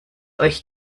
euch